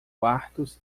quartos